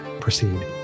proceed